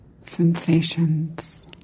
sensations